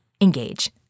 Engage